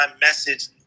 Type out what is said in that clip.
message